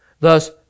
Thus